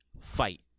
fight